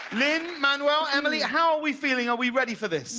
lin-manuel, emily, how are we feeling? are we ready for this?